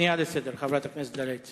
חברת הכנסת דליה איציק,